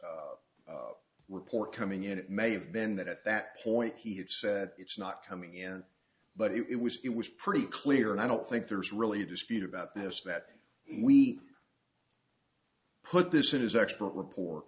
piece report coming in it may have been that at that point he had said it's not coming in but it was it was pretty clear and i don't think there's really a dispute about this that we put this in his expert repo